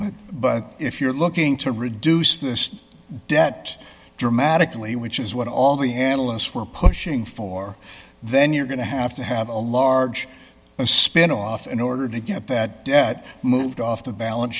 but if you're looking to reduce the debt dramatically which is what all the analysts were pushing for then you're going to have to have a large spinoff in order to get that debt moved off the balance